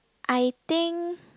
I think